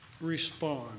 respond